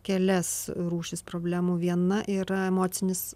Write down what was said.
kelias rūšis problemų viena yra emocinis